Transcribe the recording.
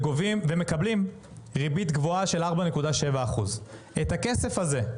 ומקבלים עליו ריבית גבוהה של 4.7%. הכסף הזה,